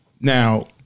Now